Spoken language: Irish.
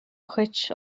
chait